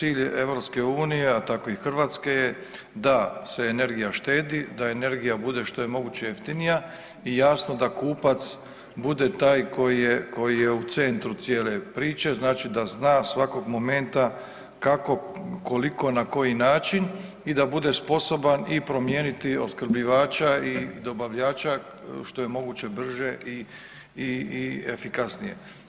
Cilj Europske unije a tako i Hrvatske je da se energija štedi, da energija bude što je moguće jeftinija i jasno da kupac bude taj koji je u centru cijele priče znači da zna svakog momenta kako, koliko, na koji način i da bude sposoban i promijeniti opskrbljivača i dobavljača što j moguće brže i efikasnije.